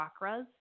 chakras